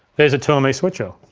there's a two m e switcher.